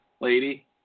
lady